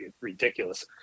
ridiculous